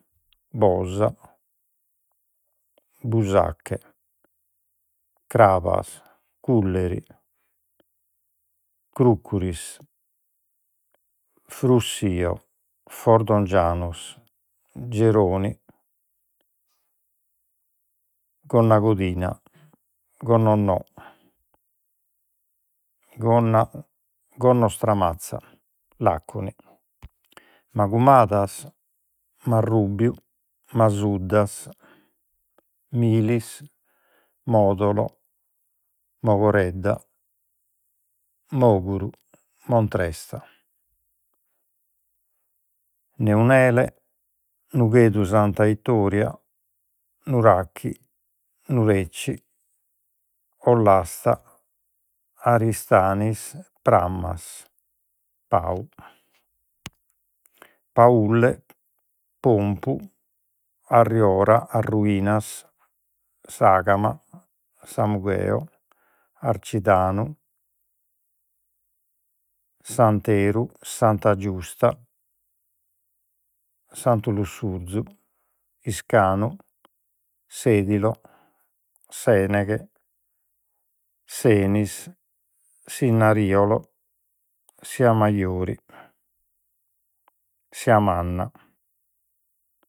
Bosa Busache Crabas Cullieri Crucuris Frussio Fordongianus Geroni Gonnacodina Gonnonò Gonnostramatza Laconi Magumadas Marrùbiu Masuddas Milis Modolo Mogoredda Moguru Montresta Neunele Nughedu Santa Itoria Nurachi Nureci Ollasta Aristanis Prammas Pau Paulle Pompu Arriora Arruinas Sàgama Samugheo Arcidanu Santeru Santa Justa Santu Lussurzu Iscanu Sedilo Seneghe Senis Sinnariolo Siamajori Siamanna